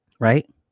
right